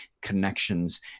connections